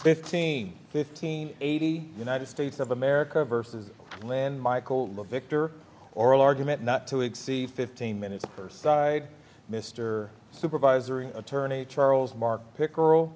fifteen fifteen eighty united states of america versus land michael love victor oral argument not to exceed fifteen minutes per side mr supervisory attorney charles mark pickerel